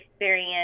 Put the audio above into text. experience